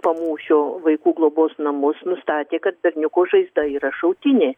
pamūšio vaikų globos namus nustatė kad berniuko žaizda yra šautinė